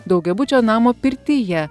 daugiabučio namo pirtyje